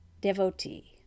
devotee